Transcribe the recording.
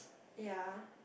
ya